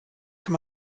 kann